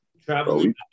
traveling